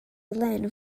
glen